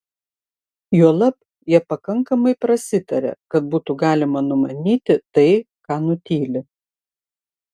juolab jie pakankamai prasitaria kad būtų galima numanyti tai ką nutyli